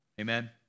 amen